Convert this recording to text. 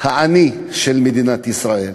העני של מדינת ישראל,